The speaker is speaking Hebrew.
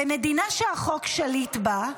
"במדינה שהחוק שליט בה,